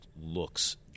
looks